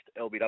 LBW